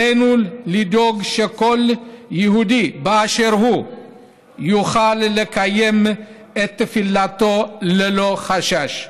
עלינו לדאוג שכל יהודי באשר הוא יוכל לקיים את תפילתו ללא חשש.